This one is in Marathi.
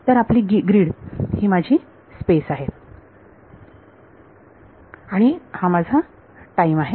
तर आपली ग्रीड ही माझी स्पेस आहे आणि हा माझा टाईम आहे